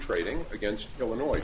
trading against illinois